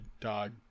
dog